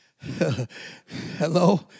hello